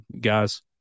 guys